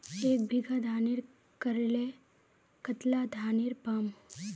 एक बीघा धानेर करले कतला धानेर पाम?